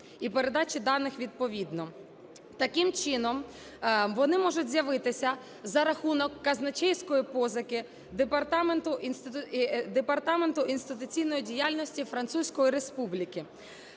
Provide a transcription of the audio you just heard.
і передачі даних відповідно. Таким чином, вони можуть з'явитися за рахунок казначейської позики Департаменту інституційної діяльності Французької Республіки.